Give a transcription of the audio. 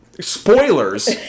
spoilers